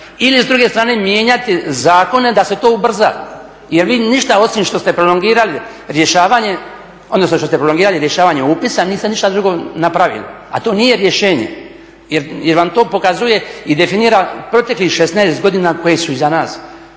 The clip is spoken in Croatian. ili s druge strane mijenjati zakone da se to ubrza. Jer vi ništa osim što ste prolongirali rješavanje, odnosno što ste prolongirali rješavanje upisa niste ništa drugo napravili, a to nije rješenje jer vam to pokazuje i definira proteklih 16 godina koje su iza nas.